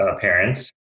parents